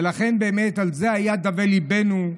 ולכן באמת על זה היה דווה ליבנו,